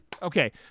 Okay